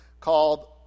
called